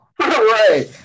Right